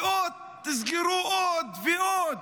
ותסגרו עוד ועוד.